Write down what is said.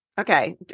Okay